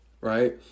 right